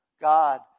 God